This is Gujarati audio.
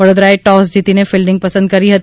વડોદરાએ ટોસ જીતીને ફિલ્ડીંગ પસંદ કરી હતી